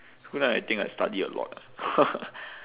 school time I think I study a lot ah